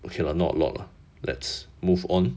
okay lah not a lot lah let's move on